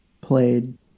played